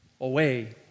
away